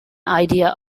idea